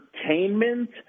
entertainment